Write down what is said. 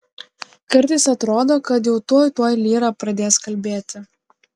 kartais atrodo kad jau tuoj tuoj lyra pradės kalbėti